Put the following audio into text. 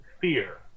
fear